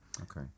Okay